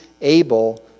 able